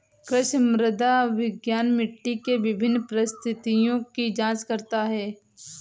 कृषि मृदा विज्ञान मिट्टी के विभिन्न परिस्थितियों की जांच करता है